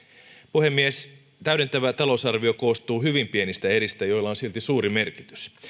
puhemies täydentävä talousarvio koostuu hyvin pienistä eristä joilla on silti suuri merkitys